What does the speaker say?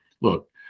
look